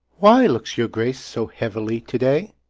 why looks your grace so heavily to-day?